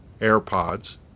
AirPods